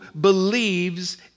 believes